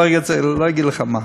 לא אגיד לך כמו מה,